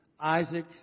Isaac